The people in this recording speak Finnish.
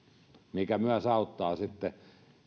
mikä myös auttaa sitten